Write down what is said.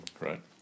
right